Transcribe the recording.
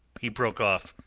he broke off,